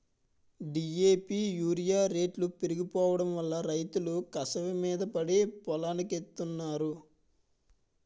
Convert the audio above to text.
DAP urea రేట్లు పెరిగిపోడంవల్ల రైతులు కసవమీద పడి పొలానికెత్తన్నారు